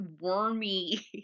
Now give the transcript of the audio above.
wormy